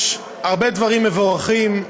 שיש הרבה דברים מבורכים.